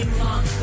long